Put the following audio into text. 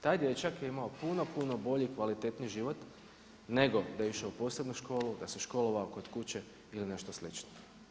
Taj dječak je imao puno, puno bolji i kvalitetniji život nego da je išao u posebnu školu, da se školovao kod kuće ili nešto slično.